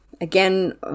Again